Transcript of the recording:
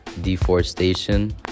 deforestation